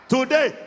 Today